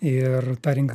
ir tą rinką